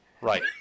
Right